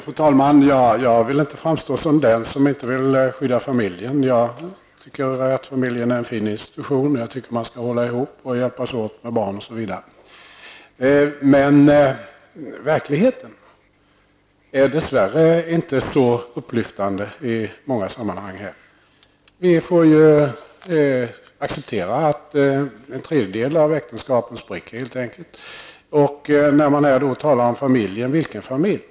Fru talman! Jag vill inte framstå som den som inte vill skydda familjen. Jag tycker att familjen är en fin institution, och jag tycker att man skall hålla ihop och hjälpas åt med barn, osv. Men verkligheten är dess värre inte upplyftande i många av de här sammanhangen. Vi får acceptera att en tredjedel av äktenskapen helt enkelt spricker. När man här talar om familjen frågar jag: Vilken familj?